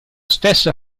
stesso